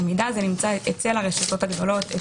אצל הרשתות הגדולות,